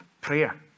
prayer